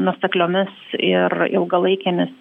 nuosekliomis ir ilgalaikėmis